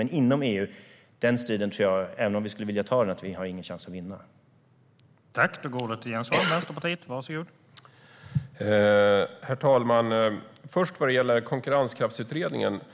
Men inom EU tror jag att vi inte har någon chans att vinna den striden även om vi skulle vilja ta den.